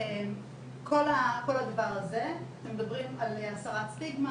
כל הדבר הזה, אתם מדברים על הסרת סטיגמה